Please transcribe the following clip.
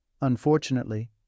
Unfortunately